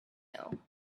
know